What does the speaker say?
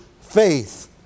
faith